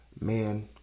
man